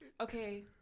Okay